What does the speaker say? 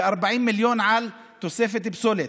ו-40 מיליון על תוספת פסולת.